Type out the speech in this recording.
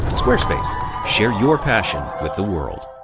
squarespace share your passion with the world.